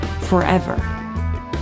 forever